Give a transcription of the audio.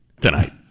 tonight